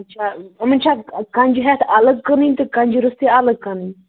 اَچھا یِمَن چھےٚ کنٛجہِ ہٮ۪تھ اَلگ کٕنٕنۍ تہٕ کنٛجہِ روٚستُے اَلگ کٕنٕنۍ